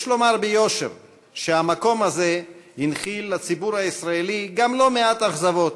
יש לומר ביושר שהמקום הזה הנחיל לציבור הישראלי גם לא מעט אכזבות,